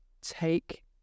Take